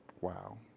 Wow